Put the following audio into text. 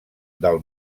del